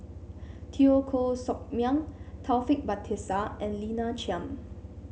Teo Koh Sock Miang Taufik Batisah and Lina Chiam